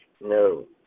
no